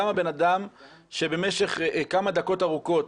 למה בן אדם שבמשך כמה דקות ארוכות